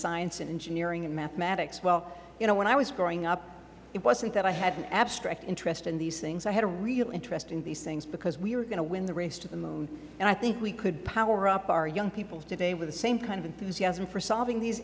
science and engineering and mathematics well when i was growing up it wasn't that i had an abstract interest in these things i had a real interest in these things because we are going to win the race to the moon and i think we could power up our young people today with the same kind of enthusiasm for solving these